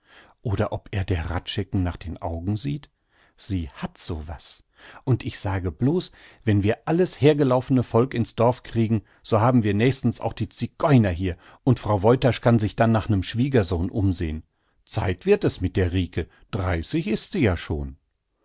oder ob er der hradschecken nach den augen sieht sie hat so was und ich sage blos wenn wir alles hergelaufene volk ins dorf kriegen so haben wir nächstens auch die zigeuner hier und frau woytasch kann sich dann nach nem schwiegersohn umsehn zeit wird es mit der rike dreißig is sie ja schon